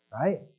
right